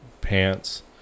pants